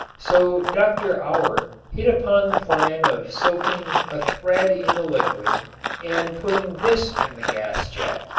so dr. auer hit upon the plan of soaking a thread in the liquid and putting this in the gas jet.